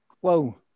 Whoa